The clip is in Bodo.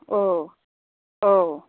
औ औ